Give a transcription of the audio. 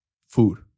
food